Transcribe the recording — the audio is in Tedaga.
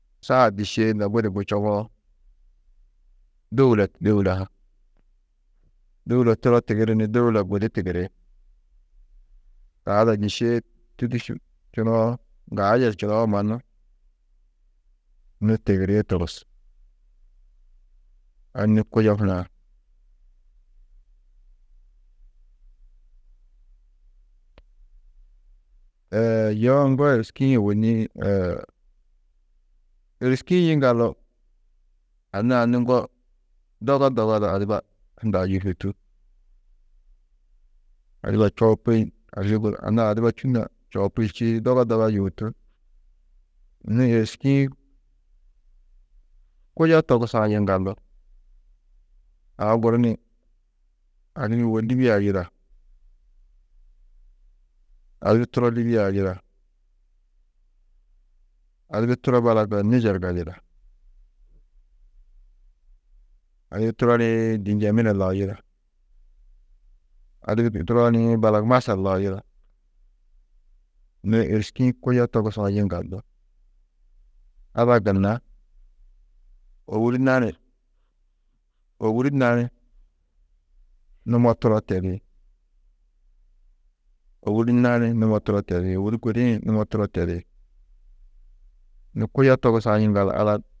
Saa dîšee na budi bui čoŋoo, dôula, dôula ha, dôula turo tigiri ni dôula gudi tigiri, saa da dîšee, tûdušu čunoo ŋga yerčunoo mannu nû tigirîe togus, a nû kuyo hunã. yo êriski-ĩ ôwonni ni êriski-ĩ yiŋgallu anna-ã nû ŋgo doga, doga du adiba hundã yûhutú, adiba čoopi, adibi guru, anna-ã adiba čû na čoopi čîidi doga, doga yûhutú, nû êriski-ĩ kuyo togusã yiŋgaldu, aũ guru ni adimmi wô Lîbia yida, adibi turo Lîbiaa yida, adibi turo balak Nîjer ga yida, adibi turo ni dî Njemina lau yida, adibi turo ni balak Masar lau yida, nû êriski-ĩ kuyo togusã yiŋgaldu, ada gunna ôwuri nani ôwuri nani numo turo tedi, ôwuri nani numo turo tedi, ôwuri gudi-ĩ numo turo tedi, nû kuyo togusã yiŋgaldu ada.